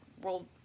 world